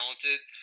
talented